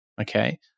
Okay